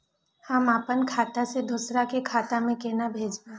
हम आपन खाता से दोहरा के खाता में केना भेजब?